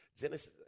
Genesis